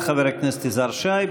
תודה, חבר הכנסת יזהר שי.